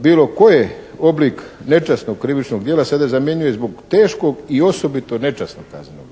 bilo koje oblik nečasnog krivičnog djela sada zamjenjuje zbog teškog i osobito nečasnog kaznenog djela.